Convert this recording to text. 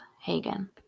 Hagen